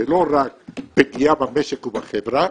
זה לא רק פגיעה במשק ובחברה,